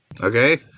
Okay